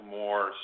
more